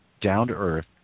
down-to-earth